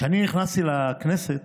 כשאני נכנסתי בזמנו לכנסת,